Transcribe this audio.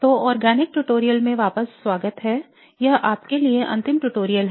तो कार्बनिक ट्यूटोरियल में वापस स्वागत है यह आपके लिए अंतिम ट्यूटोरियल है